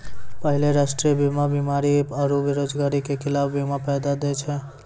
पहिले राष्ट्रीय बीमा बीमारी आरु बेरोजगारी के खिलाफ बीमा दै छलै